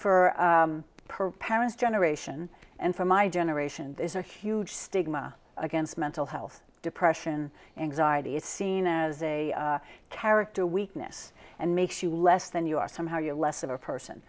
per parent's generation and for my generation is a huge stigma against mental health depression anxiety is seen as a character weakness and makes you less than you are somehow you're less of a person